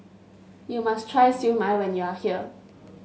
you must try Siew Mai when you are here